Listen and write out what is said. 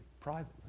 Privately